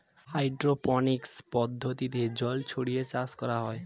hydroponics পদ্ধতিতে জল ছড়িয়ে চাষ করা হয়